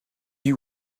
you